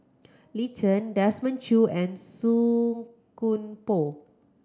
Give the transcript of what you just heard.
Lin Chen Desmond Choo and Song Koon Poh